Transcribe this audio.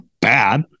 bad